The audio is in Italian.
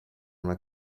una